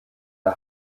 der